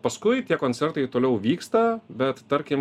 paskui tie koncertai toliau vyksta bet tarkim